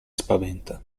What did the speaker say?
spaventa